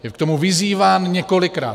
Je k tomu vyzýván několikrát.